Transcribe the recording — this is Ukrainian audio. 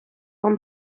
вам